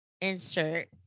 insert